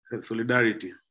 Solidarity